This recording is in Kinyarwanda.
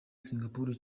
singapore